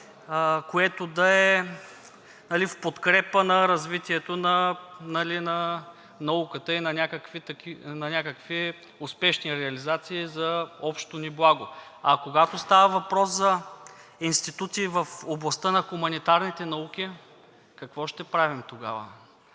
което да е в подкрепа на развитието на науката и на някакви успешни реализации за общото ни благо. А когато става въпрос за институти в областта на хуманитарните науки, какво ще правим тогава?